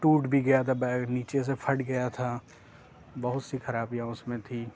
ٹوٹ بھی گیا تھا بیگ نیچے سے پھٹ گیا تھا بہت سی خرابیاں اس میں تھی